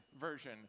version